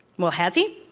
well, has he?